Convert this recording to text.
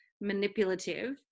manipulative